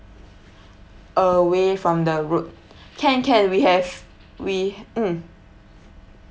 away from the road can can we have we mm